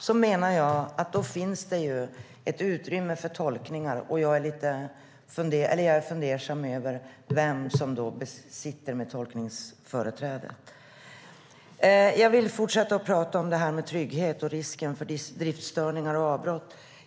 Jag menar att det finns ett utrymme för tolkningar, och jag är lite fundersam över vem som har tolkningsföreträde. Jag vill fortsätta att prata om det här med trygghet och risken för driftstörningar och avbrott.